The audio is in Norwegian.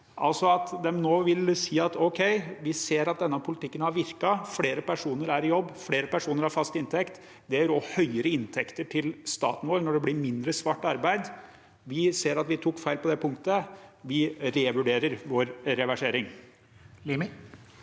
nå vil si at ok, vi ser at denne politikken har virket – flere personer er i jobb, flere personer har fast inntekt, og det gir også høyere inntekter til staten vår når det blir mindre svart arbeid – vi ser at vi tok feil på det punktet, vi revurderer vår reversering?